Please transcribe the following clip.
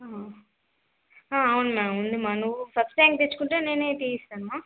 అవును అమ్మ ఉంది మా నువ్వు ఫస్ట్ ర్యాంక్ తెచ్చుకుంటే నేనే తీయిస్తాను అమ్మ